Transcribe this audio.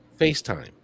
FaceTime